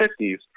1950s